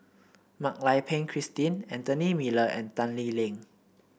Mak Lai Peng Christine Anthony Miller and Tan Lee Leng